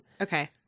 okay